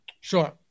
Sure